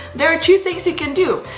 there are two things you can do.